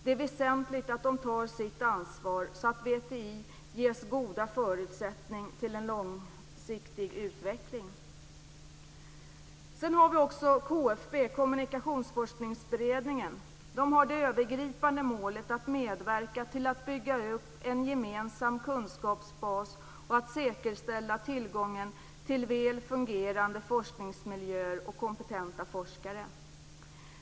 Det är väsentligt att de tar sitt ansvar så att VTI ges goda förutsättningar för en långsiktig utveckling. Kommunikationsforskningsberedningen, KFB, har det övergripande målet att medverka till att bygga upp en gemensam kunskapsbas och säkerställa tillgången till väl fungerande forskningsmiljöer och kompetenta forskare.